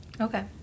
okay